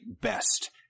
best